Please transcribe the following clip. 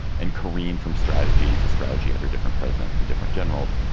and careen from strategy to strategy under different presidents and different generals.